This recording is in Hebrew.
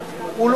אמרתי: ועדה.